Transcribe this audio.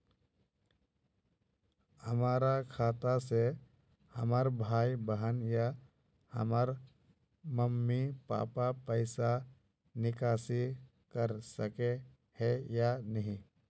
हमरा खाता से हमर भाई बहन या हमर मम्मी पापा पैसा निकासी कर सके है या नहीं?